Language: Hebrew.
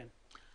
קרן.